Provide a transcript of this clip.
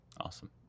Awesome